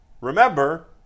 Remember